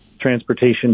transportation